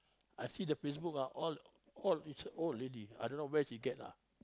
I see the Facebook ah all all it's old already I don't know where she get lah